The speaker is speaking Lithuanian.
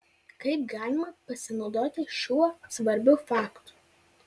kaip galima pasinaudoti šiuo svarbiu faktu